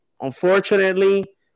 unfortunately